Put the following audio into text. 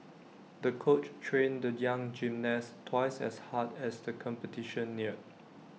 the coach trained the young gymnast twice as hard as the competition neared